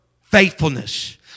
faithfulness